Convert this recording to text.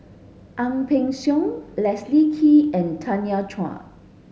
Ang Peng Siong Leslie Kee and Tanya Chua